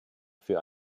für